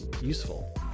useful